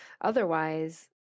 otherwise